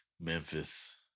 Memphis